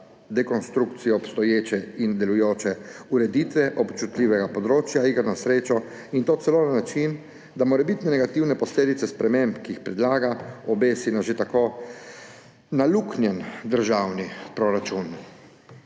dekonstrukcijo obstoječe in delujoče ureditve občutljivega področja iger na srečo, in to celo na način, da morebitne negativne posledice sprememb, ki jih predlaga, obesi na že tako naluknjan državni proračun.